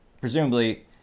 presumably